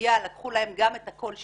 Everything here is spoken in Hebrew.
בפגיעה לקחו להן גם את הקול שלהן,